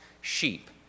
sheep